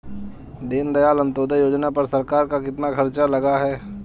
दीनदयाल अंत्योदय योजना पर सरकार का कितना खर्चा लगा है?